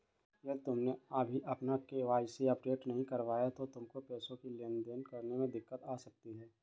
यदि तुमने अभी अपना के.वाई.सी अपडेट नहीं करवाया तो तुमको पैसों की लेन देन करने में दिक्कत आ सकती है